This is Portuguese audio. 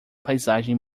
paisagem